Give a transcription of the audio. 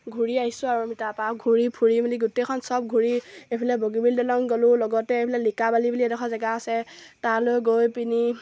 ঘূৰি আহিছোঁ আৰু আমি তাৰপৰা ঘূৰি ফুৰি মেলি গোটেইখন সব ঘূৰি এইফালে বগীবিল দলং গ'লোঁ লগতে এইফালে লিকাবালি বুলি এডোখৰ জেগা আছে তালৈ গৈ পিনি